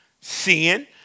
Sin